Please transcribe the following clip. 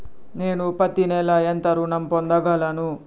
నేను పత్తి నెల ఎంత ఋణం పొందగలను?